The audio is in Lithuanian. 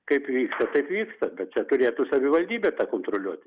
kaip vyksta taip vyksta kad čia turėtų savivaldybė tą kontroliuoti